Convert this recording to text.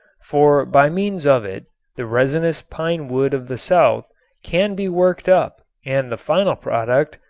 for by means of it the resinous pine wood of the south can be worked up and the final product,